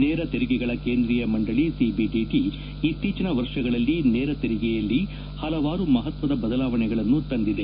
ನೇರ ತೆರಿಗೆಗಳ ಕೇಂದ್ರೀಯ ಮಂಡಳಿ ಸಿಬಿಡಿಟಿ ಇತ್ತೀಚಿನ ವರ್ಷಗಳಲ್ಲಿ ನೇರ ತೆರಿಗೆಯಲ್ಲಿ ಹಲವಾರು ಮಹತ್ವದ ಬದಲಾವಣೆಗಳನ್ನು ತಂದಿದೆ